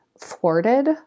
thwarted